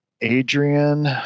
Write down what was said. Adrian